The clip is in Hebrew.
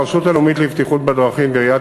הרשות הלאומית לבטיחות בדרכים ועיריית